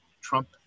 Trump